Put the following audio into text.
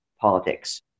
politics